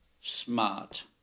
smart